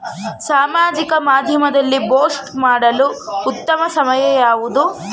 ಸಾಮಾಜಿಕ ಮಾಧ್ಯಮದಲ್ಲಿ ಪೋಸ್ಟ್ ಮಾಡಲು ಉತ್ತಮ ಸಮಯ ಯಾವುದು?